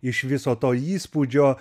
iš viso to įspūdžio